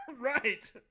Right